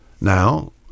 now